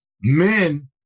men